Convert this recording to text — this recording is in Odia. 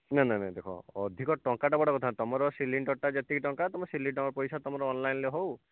ନା ନା ନାଇଁ ଦେଖ ଅଧିକ ଟଙ୍କା'ଟା ବଡ଼ କଥା ତମର ସିଲିଣ୍ଡର୍ ଟା ଯେତିକି ଟଙ୍କା ତମେ ସିଲିଣ୍ଡର୍ ପଇସା ତମର ଅନଲାଇନ୍ ରେ ହେଉ